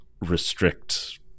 restrict